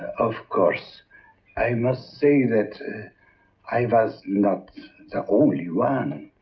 of course i must say that i was not the only one.